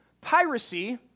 piracy